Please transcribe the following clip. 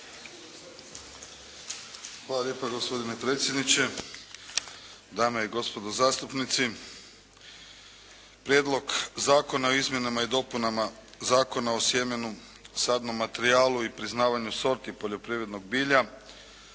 Hvala lijepa. Gospodine predsjedniče, dame i gospodo zastupnici. Prijedlog zakona o izmjenama i dopunama Zakona o sjemenu, sadnom materijalu i priznavanju sorti poljoprivrednog bilja